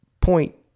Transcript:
point